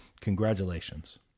congratulations